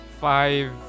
five